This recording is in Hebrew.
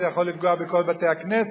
זה יכול לפגוע בכל בתי-הכנסת,